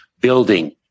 building